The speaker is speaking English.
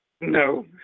No